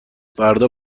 فردا